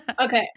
Okay